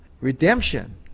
Redemption